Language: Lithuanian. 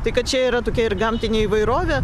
tai kad čia yra tokia ir gamtinė įvairovė